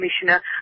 commissioner